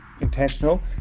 intentional